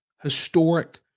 historic